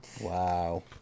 Wow